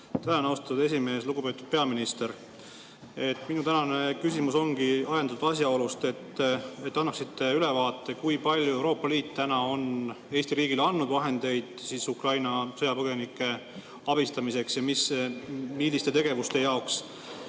austatud esimees! Lugupeetud peaminister! Minu tänane küsimus ongi ajendatud asjaolust, et te annaksite ülevaate, kui palju Euroopa Liit on Eesti riigile andnud vahendeid Ukraina sõjapõgenike abistamiseks ja milliste tegevuste jaoks.